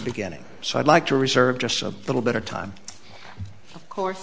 beginning so i'd like to reserve just a little bit of time course